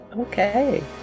Okay